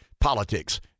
politics